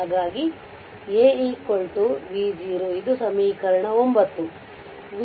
ಹಾಗಾಗಿ A v0 ಇದು ಸಮೀಕರಣ 9